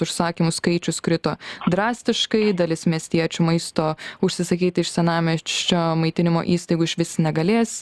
užsakymų skaičius krito drastiškai dalis miestiečių maisto užsisakyti iš senamiesčio maitinimo įstaigų išvis negalės